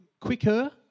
quicker